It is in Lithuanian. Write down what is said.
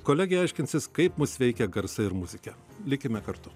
kolegė aiškinsis kaip mus veikia garsai ir muzika likime kartu